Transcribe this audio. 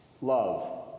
Love